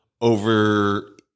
over